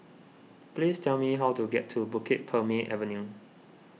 please tell me how to get to Bukit Purmei Avenue